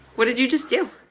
what did you just do?